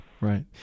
right